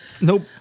Nope